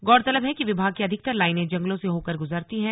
गौरतलब है कि विभाग की अधिकतर लाइनें जंगलों से होकर गुजरती हैं